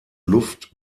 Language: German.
luft